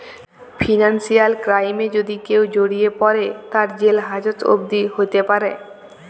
financial ক্রাইমে যদি কেউ জড়িয়ে পরে, তার জেল হাজত অবদি হ্যতে প্যরে